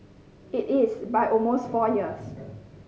it is by almost four years